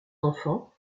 enfants